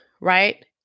right